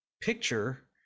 picture